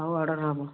ହଉ ଅର୍ଡ଼ର୍ ହବ